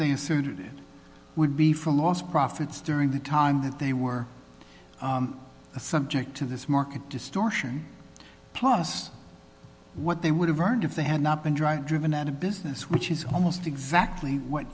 they asserted it would be from lost profits during the time that they were a subject to this market distortion plus what they would have earned if they had not been drive driven and a business which is almost exactly what